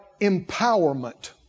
empowerment